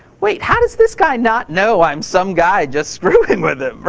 wait, how does this guy not know i'm some guy just screwing with him?